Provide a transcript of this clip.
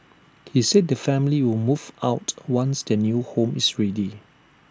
he said the family will move out once their new home is ready